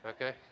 Okay